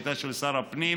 הייתה של שר הפנים,